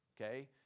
okay